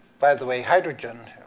by the way, hydrogen